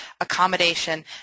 accommodation